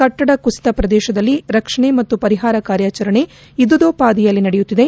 ಕಟ್ಟಡ ಕುಸಿತ ಪ್ರದೇಶದಲ್ಲಿ ರಕ್ಷಣೆ ಮತ್ತು ಪರಿಹಾರ ಕಾರ್ಯಾಚರಣೆ ಯುದ್ದೋಪಾದಿಯಲ್ಲಿ ನಡೆಯುತ್ತಿದೆ